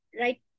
right